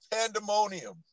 pandemonium